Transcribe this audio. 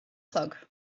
chlog